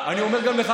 אני אומר גם לך,